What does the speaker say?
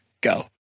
go